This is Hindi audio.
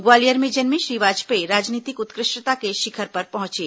ग्वालियर में जन्मे श्री वाजपेयी राजनीतिक उत्कृष्टता के शिखर तक पहुंचे